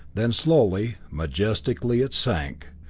then slowly, majestically it sank,